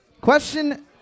Question